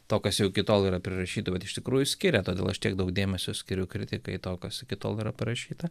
to kas jau iki tol yra prirašyta vat iš tikrųjų skiria todėl aš tiek daug dėmesio skiriu kritikai to kas iki tol yra parašyta